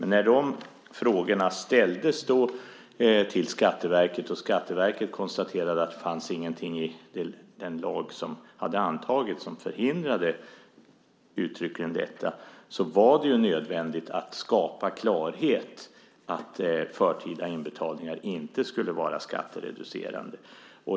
När de frågorna ställdes till Skatteverket och Skatteverket konstaterade att det inte fanns något i den lag som hade antagits som uttryckligen förhindrade detta var det nödvändigt att skapa klarhet att förtida inbetalningar inte skulle vara skattereducerande.